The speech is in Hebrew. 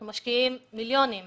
אנחנו משקיעים מיליוני שקלים.